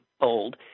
old